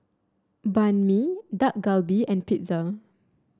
Banh Mi Dak Galbi and Pizza